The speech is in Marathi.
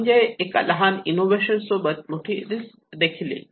म्हणजे एका लहान इनोव्हेशन सोबत मोठी रिस्क देखील येईल